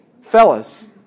Fellas